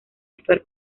actuar